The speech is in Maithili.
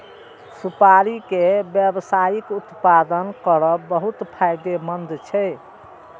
सुपारी के व्यावसायिक उत्पादन करब बहुत फायदेमंद छै